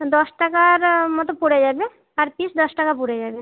দশ টাকার মতো পড়ে যাবে পার পিস দশ টাকা পড়ে যাবে